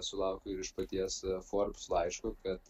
sulaukiu ir iš paties forbes laiško kad